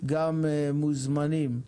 גם מוזמנים.